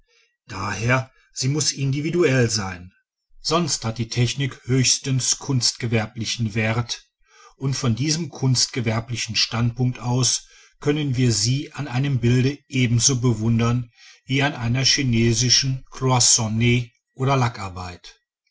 d h sie muß individuell sein sonst hat die technik höchstens kunstgewerblichen wert und von diesem kunstgewerblichen standpunkt aus können wir sie an einem bilde ebenso bewundern wie an einer chinesischen cloisonn oder